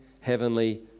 heavenly